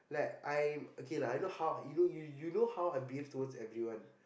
like I'm okay lah I know how you know you you know how I behave towards everyone